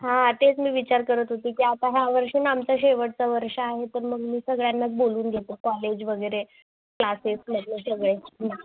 हां तेच मी विचार करत होती की आता ह्यावर्षी ना आमचं शेवटचं वर्ष आहे तर मग मी सगळ्यांनाच बोलवून घेते कॉलेज वगैरे क्लासेसमधले सगळे